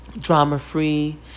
drama-free